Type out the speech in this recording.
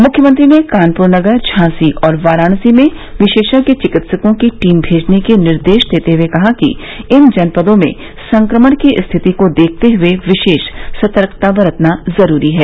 मुख्यमंत्री ने कानपुर नगर झांसी और वाराणसी में विशेषज्ञ चिकित्सकों की टीम मेजने के निर्देश देते हुए कहा कि इन जनपदों में संक्रमण की स्थिति को देखते हुए विशेष सतर्कता बरतना जरूरी है